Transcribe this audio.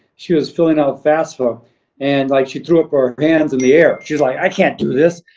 she was filling out fasfa and like, she threw up our hands in the air. she was like, i can't do this.